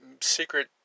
secret